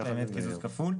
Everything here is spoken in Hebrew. זה יהיה באמת קיזוז כפול.